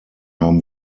haben